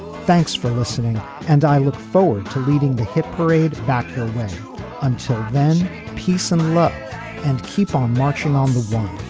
thanks for listening and i look forward to leading the hit parade back here. until then peace and love and keep on marching on the one.